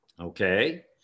Okay